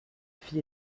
fille